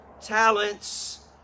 talents